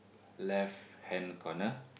left hand corner